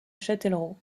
châtellerault